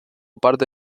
parte